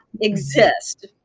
exist